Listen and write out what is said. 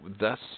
Thus